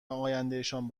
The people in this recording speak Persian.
آیندهشان